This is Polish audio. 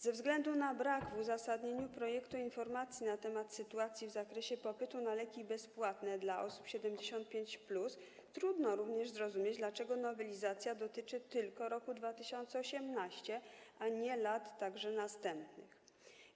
Ze względu na brak w uzasadnieniu projektu informacji na temat sytuacji w zakresie popytu na leki bezpłatne dla osób 75+ trudno również zrozumieć, dlaczego nowelizacja dotyczy tylko roku 2018, a nie także następnych lat.